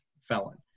felon